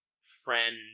friend